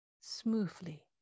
smoothly